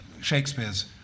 Shakespeare's